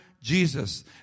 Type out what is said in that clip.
Jesus